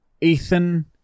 Ethan